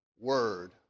word